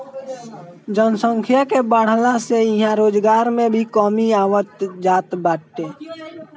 जनसंख्या के बढ़ला से इहां रोजगार में भी कमी आवत जात बाटे